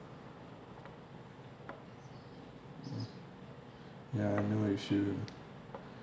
mm ya no issue